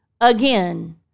again